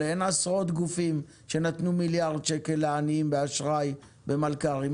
אין עשרות גופים שנתנו מיליארד שקל לעניים באשראי במלכ"רים.